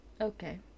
Okay